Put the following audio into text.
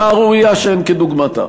שערורייה שאין כדוגמתה.